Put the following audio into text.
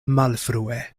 malfrue